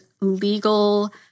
legal